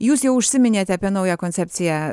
jūs jau užsiminėte apie naują koncepciją